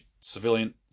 civilian